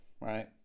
right